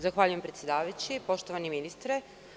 Zahvaljujem predsedavajući, poštovani ministre.